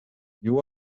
you